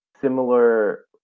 similar